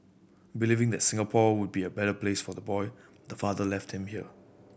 believing that Singapore would be a better place for the boy the father left him here